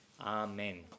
amen